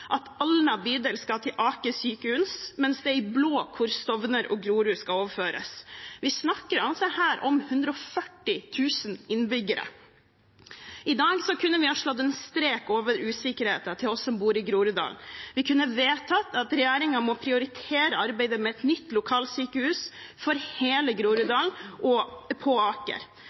at Alna bydel skal til Aker sykehus, mens det er i det blå hvor Stovner og Grorud skal overføres. Vi snakker altså her om 140 000 innbyggere. I dag kunne vi slått en strek over usikkerheten til oss som bor i Groruddalen. Vi kunne vedtatt at regjeringen må prioritere arbeidet med et nytt lokalsykehus for hele Groruddalen på Aker.